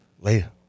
Later